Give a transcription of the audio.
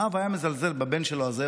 האב היה מזלזל בבן שלו, הזאב.